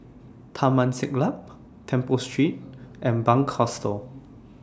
Taman Siglap Temple Street and Bunc Hostel